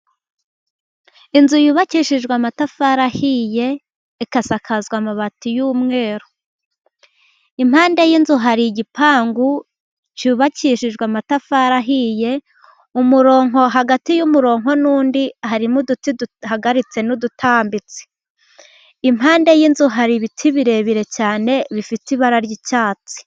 Inzu yubakishijwe amatafari ahiye, igasakazwa amabati y'umweru. Impande y'inzu hari igipangu cyubakishijwe amatafari ahiye umuronko hagati y'umuronko n'undi harimo uduti duhagaritse n'udutambitse. Impande y'inzu hari ibiti birebire cyane bifite ibara ry'icyatsi.